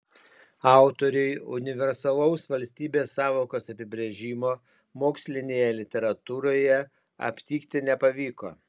autoriui universalaus valstybės sąvokos apibrėžimo mokslinėje literatūroje aptikti nepavyko